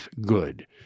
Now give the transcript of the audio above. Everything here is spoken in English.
good